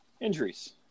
Injuries